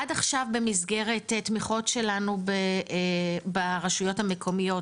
עד עכשיו במסגרת תמיכות שלנו ברשויות המקומיות,